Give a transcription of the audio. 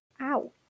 ow